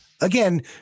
again